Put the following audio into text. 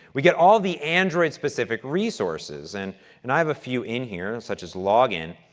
we get all the android-specific resources. and and i have a few in here, and such as log-in.